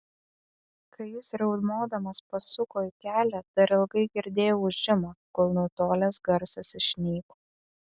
kai jis riaumodamas pasuko į kelią dar ilgai girdėjau ūžimą kol nutolęs garsas išnyko